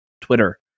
twitter